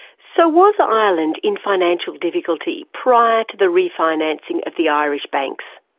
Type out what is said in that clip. so was ireland in financial difficulty prior to the refinancing of the irish banks?